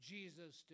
Jesus